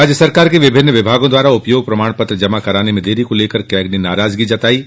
राज्य सरकार के विभिन्न विभागों की उपयोग प्रमाणपत्र जमा कराने में देरी को लेकर कैग ने नाराजगी जताई है